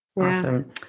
Awesome